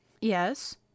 Yes